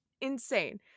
insane